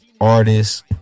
artists